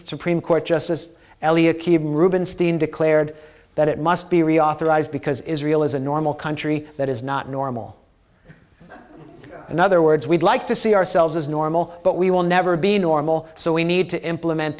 supreme court justice eliot rubenstein declared that it must be reauthorized because israel is a normal country that is not normal in other words we'd like to see ourselves as normal but we will never be normal so we need to implement